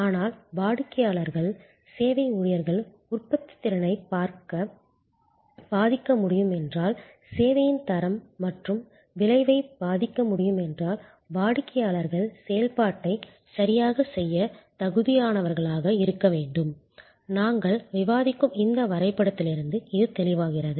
ஆனால் வாடிக்கையாளர்கள் சேவை ஊழியர்கள் உற்பத்தித்திறனைப் பாதிக்க முடியும் என்றால் சேவையின் தரம் மற்றும் விளைவைப் பாதிக்க முடியும் என்றால் வாடிக்கையாளர்கள் செயல்பாட்டைச் சரியாகச் செய்யத் தகுதியானவர்களாக இருக்க வேண்டும் நாங்கள் விவாதிக்கும் இந்த வரைபடத்திலிருந்து இது தெளிவாகிறது